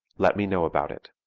let me know about it.